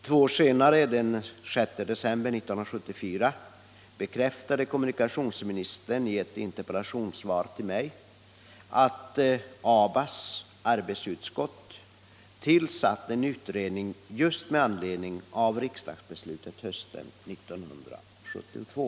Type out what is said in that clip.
Två år senare — den 6 december 1974 — bekräftade kommunikationsministern i ett interpellationssvar till mig att ABA:s arbetsutskott tillsatt en utredning just med anledning av riksdagsbeslutet hösten 1972.